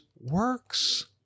works